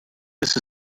this